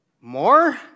More